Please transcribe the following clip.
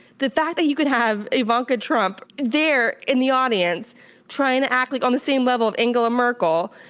the fact that you could have ivanka trump there in the audience trying to act like on the same level of angela merkel,